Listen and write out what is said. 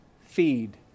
feed